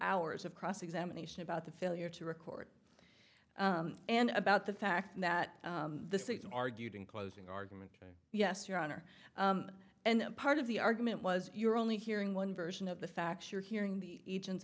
hours of cross examination about the failure to record and about the fact that the six argued in closing argument yes your honor and part of the argument was you're only hearing one version of the facts you're hearing the